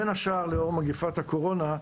בין השאר לאור מגפת הקורונה,